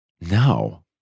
No